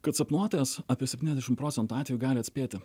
kad sapnuotojas apie septyniasdešim procentų atvejų gali atspėti